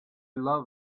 love